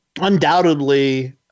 undoubtedly